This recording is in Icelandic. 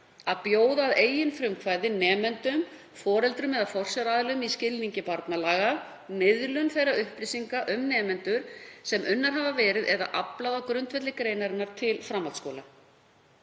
að bjóða að eigin frumkvæði nemendum, foreldrum eða forsjáraðilum í skilningi barnalaga miðlun þeirra upplýsinga um nemendur sem unnar hafa verið eða aflað á grundvelli greinarinnar til framhaldsskóla.